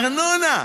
ארנונה.